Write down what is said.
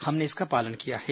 हमने इसका पालन किया है